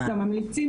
מקלט,